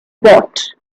bought